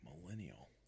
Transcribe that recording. Millennial